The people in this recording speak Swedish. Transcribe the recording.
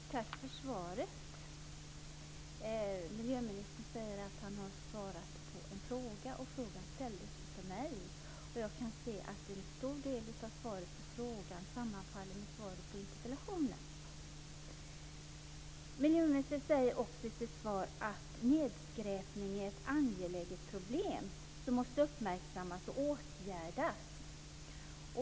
Fru talman! Tack för svaret. Miljöministern säger att han tidigare har svarat på en fråga, och frågan ställdes av mig. Jag kan se att en stor del av svaret på frågan sammanfaller med svaret på interpellationen. Miljöministern säger också i sitt svar att nedskräpning är ett angeläget problem som måste uppmärksammas och åtgärdas.